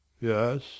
yes